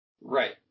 Right